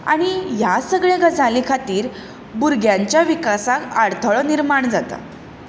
आनी ह्या सगळ्या गजालीं खातीर भुरग्यांच्या विकासांत आडखळ निर्माण जाता